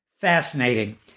Fascinating